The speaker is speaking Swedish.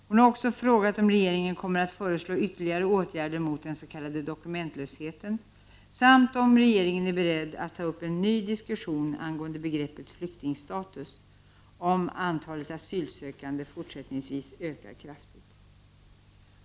Hon har också frågat om regeringen kommer att föreslå ytterligare åtgärder mot den s.k. dokumentlösheten samt om regeringen är beredd att ta upp en ny diskussion angående begreppet "flyktingstatus' om antalet asylsökande fortsättningsvis ökar kraftigt.